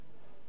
מובטל.